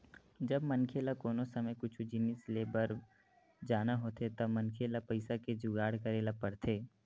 जब मनखे ल कोनो समे कुछु जिनिस लेय बर पर जाना होथे त मनखे ल पइसा के जुगाड़ करे ल परथे